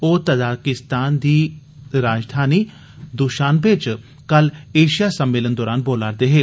ओह् ताजिकिस्तान दी राजधान दुशानबे च कल एशिया सम्मेलन दौरान बोला'रदे हे